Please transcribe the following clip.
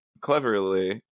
cleverly